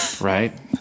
Right